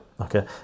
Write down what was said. okay